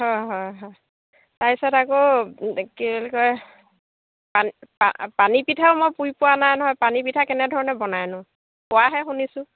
অ হয় হয় তাৰপিছত আকৌ কি বুলি কয় পানী পানী পানী পিঠা মই পুৰি পোৱা নাই নহয় পানী পিঠা কেনেধৰণে বনাইনো কোৱাহে শুনিছোঁ